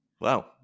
Wow